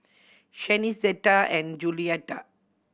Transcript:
Shanice Zetta and Juliette